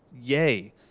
yay